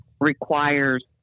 requires